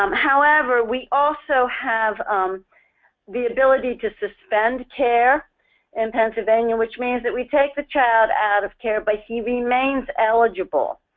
um however, we also have um the ability to suspend care in pennsylvania which means we take the child out of care but he remains eligible.